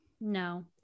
no